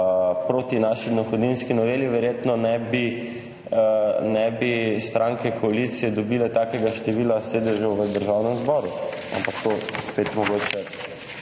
proti naši dohodninski noveli, verjetno ne bi, ne bi stranke koalicije dobile takega števila sedežev v Državnem zboru, ampak to spet mogoče